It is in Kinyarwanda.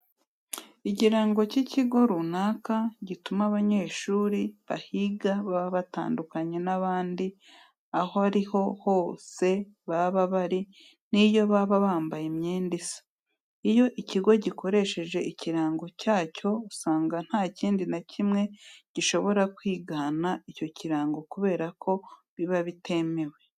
Ikirango cy'ikigo runaka gituma abanyeshuri bahiga baba batandukanye n'abandi, aho ari ho hose baba bari ni yo baba bambaye imyenda isa. Iyo ikigo gikoresheje ikirango cyacyo usanga nta kindi na kimwe gishobora kwigana icyo kirango kubera ko biba bitemewe.